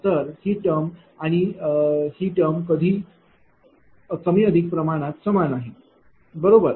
तर ही टर्म आणि ही टर्म कमी अधिक प्रमाणात समान आहे बरोबर